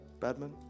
Badman